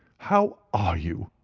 how are you?